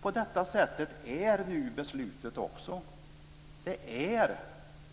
På detta sätt innebär beslutet också att det är